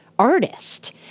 artist